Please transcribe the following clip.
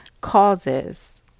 causes